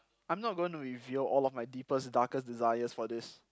I'm not going to reveal all of my deepest darkest desires for this